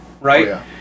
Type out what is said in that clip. right